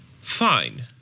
Fine